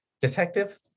Detective